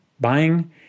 buying